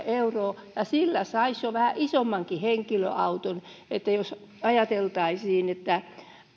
euroa ja sillä saisi jo vähän isommankin henkilöauton jos ajateltaisiin tätä